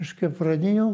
reiškia pradėjau